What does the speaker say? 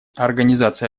организация